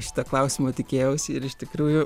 šito klausimo tikėjausi ir iš tikrųjų